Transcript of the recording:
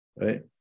Right